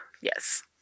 Yes